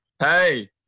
Hey